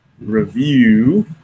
review